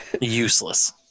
Useless